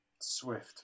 Swift